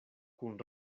kun